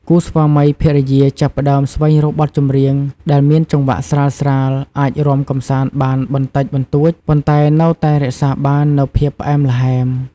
គូស្វាមីភរិយាចាប់ផ្តើមស្វែងរកបទចម្រៀងដែលមានចង្វាក់ស្រាលៗ អាចរាំកម្សាន្តបានបន្តិចបន្តួច ប៉ុន្តែនៅតែរក្សាបាននូវភាពផ្អែមល្ហែម។